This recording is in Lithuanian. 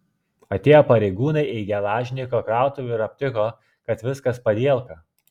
atėjo pareigūnai į gelažniko krautuvę ir aptiko kad viskas padielka